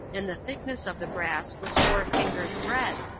and the thickness of the brass was four fingers' breadth,